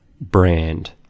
brand